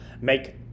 make